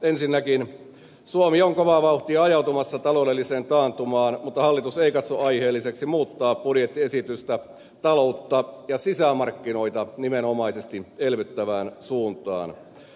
ensinnäkin suomi on kovaa vauhtia ajautumassa taloudelliseen taantumaan mutta hallitus ei katso aiheelliseksi muuttaa budjettiesitystä taloutta ja sisämarkkinoita nimenomaisesti elvyttävään suuntaan